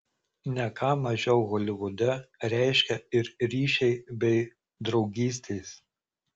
ne ką mažiau holivude reiškia ir ryšiai bei draugystės